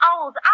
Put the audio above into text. old